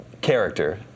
character